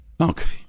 Okay